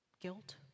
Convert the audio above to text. Guilt